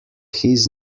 his